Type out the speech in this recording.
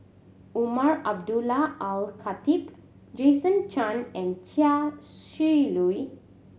Umar Abdullah Al Khatib Jason Chan and Chia Shi Lu